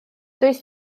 does